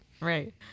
right